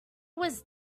was